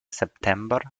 september